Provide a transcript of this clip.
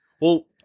Well-